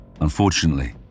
Unfortunately